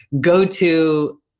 go-to